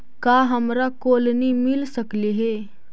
का हमरा कोलनी मिल सकले हे?